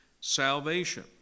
salvation